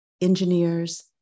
engineers